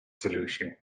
solution